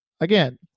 Again